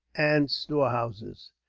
and storehouses.